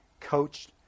coached